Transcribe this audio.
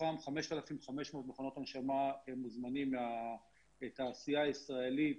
מתוכן 5,500 מכונות הנשמה שמוזמנות מהתעשייה הישראלית,